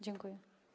Dziękuję.